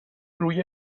روی